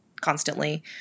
Constantly